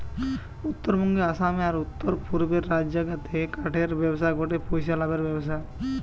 উত্তরবঙ্গে, আসামে, আর উততরপূর্বের রাজ্যগা রে কাঠের ব্যবসা গটে পইসা লাভের ব্যবসা